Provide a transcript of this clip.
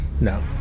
no